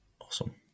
Awesome